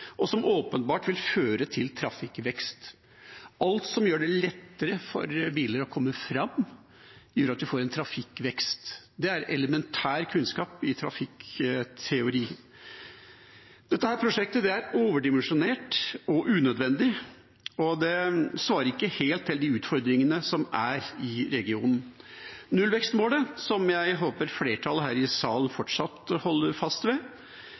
og som åpenbart vil føre til trafikkvekst. Alt som gjør det lettere for biler å komme fram, gjør at en får trafikkvekst – det er elementær kunnskap i trafikkteori. Dette prosjektet er overdimensjonert og unødvendig, og det svarer ikke helt på de utfordringene som er i regionen. Nullvekstmålet, som jeg håper flertallet her i salen fortsatt holder fast ved,